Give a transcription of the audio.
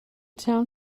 town